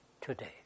today